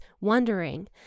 wondering